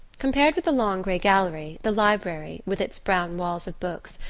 compared with the long grey gallery the library, with its brown walls of books,